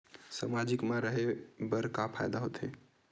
सामाजिक मा रहे बार का फ़ायदा होथे?